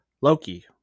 Loki